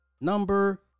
number